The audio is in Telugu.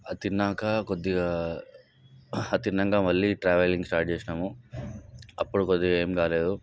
అది తిన్నాక కొద్దిగా అది తిన్నాక మళ్ళీ ట్రావెలింగ్ స్టార్ట్ చేసినాము అప్పుడు కొద్దిగా ఏం కాలేదు